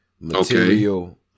material